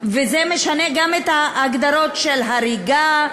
זה משנה גם את ההגדרות של הריגה,